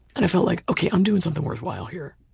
and i felt like, okay, i'm doing something worthwhile here.